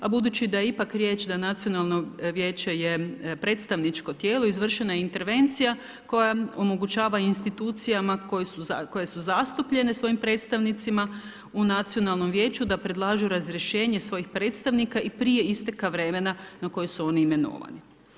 A budući da je ipak riječ, da je Nacionalno vijeće je predstavničko tijelo, izvršena je intervencija, koja omogućava institucijama, koje su zastupljene svojim predstavnicama u nacionalnom vijeću, da predlažu razriješene svojih predstavnika i prije isteka vremena do koje su one imenovani.